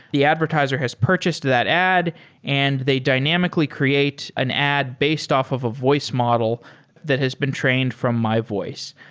the advertiser has purchased that ad and they dynamically create an ad-based off of a voice model that has been trained from my voice.